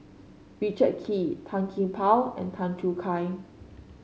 Richard Kee Tan Gee Paw and Tan Choo Kai